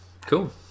cool